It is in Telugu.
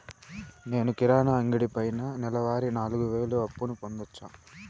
నేను కిరాణా అంగడి పైన నెలవారి నాలుగు వేలు అప్పును పొందొచ్చా?